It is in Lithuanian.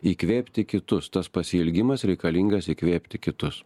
įkvėpti kitus tas pasiilgimas reikalingas įkvėpti kitus